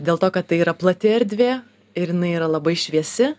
dėl to kad tai yra plati erdvė ir jinai yra labai šviesi